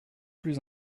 plus